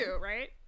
right